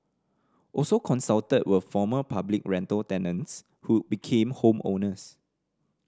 also consulted were former public rental tenants who became home owners